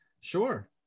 Sure